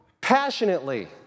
passionately